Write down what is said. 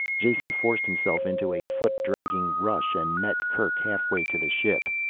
jason forced himself into a foot-dragging rush and met kerk halfway to the ship.